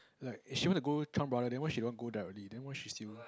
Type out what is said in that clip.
like she want to go Chan-Brother then why she doesn't want to go directly then why she still